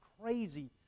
crazy